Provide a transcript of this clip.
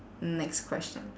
next question